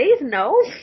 no